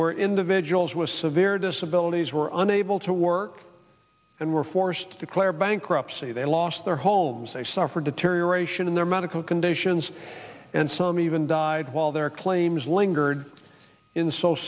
where individuals was their disabilities were unable to work and were forced to clear bankruptcy they lost their homes they suffered deterioration in their medical conditions and some even died while their claims lingered in social